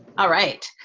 all right.